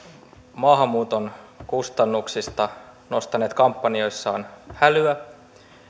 maahanmuuton kustannuksista nostaneet kampanjoissaan hälyä